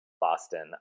Boston